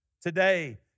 Today